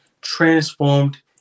transformed